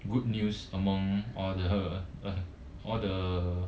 good news among all the all the